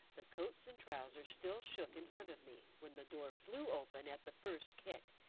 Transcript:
the coats and trousers still shook in front of me when the door flew open at the first kick,